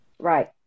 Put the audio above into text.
right